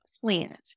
plant